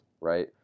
right